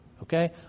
Okay